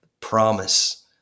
promise